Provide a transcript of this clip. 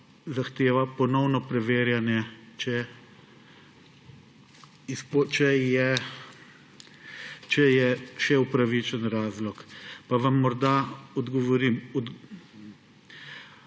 zahteva ponovno preverjanje, če je še upravičen razlog. Pa vam morda odgovorim.